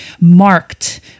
marked